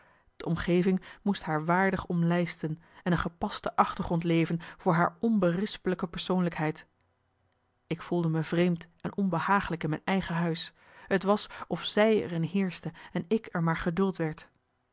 de omgeving moest haar waardig omlijsten en een gepaste achtergrond leveren voor haar onberispelijke persoonlijkheid ik voelde me vreemd en onbehaaglijk in mijn eigen huis t was of zij er in heerschte en ik er maar geduld werd